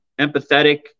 empathetic